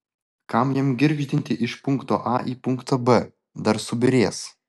kam jam girgždinti iš punkto a į punktą b dar subyrės